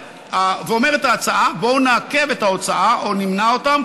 ואומרת ההצעה: בואו נעכב את ההוצאה או נמנע אותה,